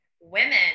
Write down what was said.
women